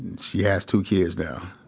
and she has two kids now